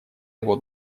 его